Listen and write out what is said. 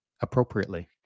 appropriately